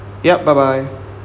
yup bye bye